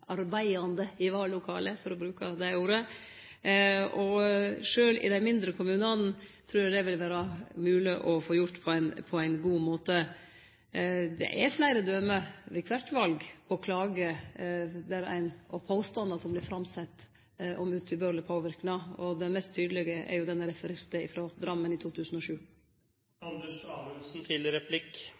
arbeidande – for å bruke det ordet – i vallokalet. Sjølv i dei mindre kommunane trur eg det vil vere mogleg å få gjort dette på ein god måte. Det er fleire døme ved kvart val – klagar og påstandar som vert sette fram om utilbørleg påverknad. Det mest tydelege er det eg refererte frå Drammen i